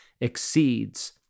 exceeds